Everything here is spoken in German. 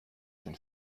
schon